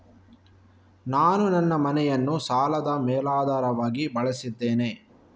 ನಾನು ನನ್ನ ಮನೆಯನ್ನು ಸಾಲದ ಮೇಲಾಧಾರವಾಗಿ ಬಳಸಿದ್ದೇನೆ